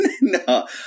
no